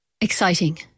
exciting